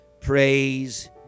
praise